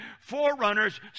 forerunners